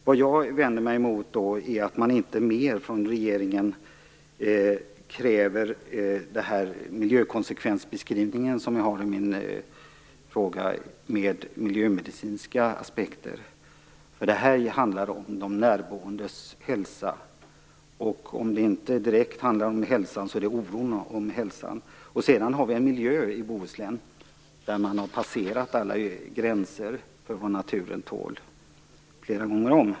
Vad jag vänder mig emot är att man inte i större utsträckning från regeringen kräver att få en miljökonsekvensbeskrivning med miljömedicinska aspekter, vilket jag tar upp i min fråga. Det handlar om de närboendes hälsa. Om det inte direkt handlar om hälsan handlar det om oron för hälsan. Vad gäller miljön har man i Bohuslän passerat alla gränser för vad naturen tål flera gånger om.